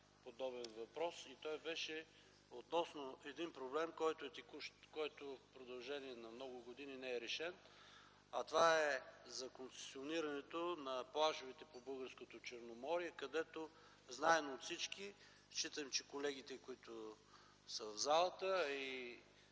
подобен въпрос относно един проблем, който е текущ, който в продължение на много години не е решен - за концесионирането на плажовете по българското Черноморие, където (знаем всички, считам, че колегите, които са в залата,